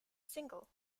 single